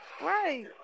Right